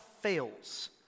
fails